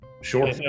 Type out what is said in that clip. Sure